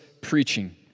preaching